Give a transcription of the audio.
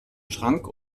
schrank